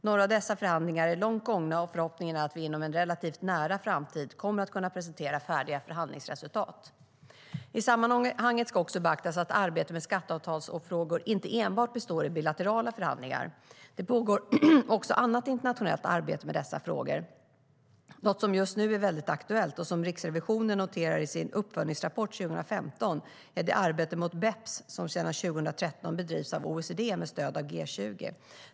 Några av dessa förhandlingar är långt gångna, och förhoppningen är att vi inom en relativt nära framtid kommer att kunna presentera färdiga förhandlingsresultat. I sammanhanget ska också beaktas att arbetet med skatteavtalsfrågor inte enbart består i bilaterala förhandlingar. Det pågår också annat internationellt arbete med dessa frågor. Något som just nu är aktuellt, och som Riksrevisionen noterar i sin Uppföljningsrapport 2015 , är det arbete mot BEPS, base erosion and profit shifting, som sedan 2013 bedrivs av OECD med stöd av G20.